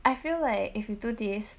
I feel like if you do this